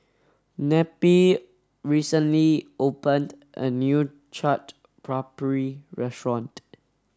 neppie recently opened a new Chaat Papri restaurant